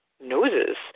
noses